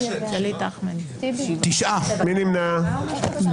הצבעה לא אושרו.